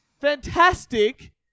fantastic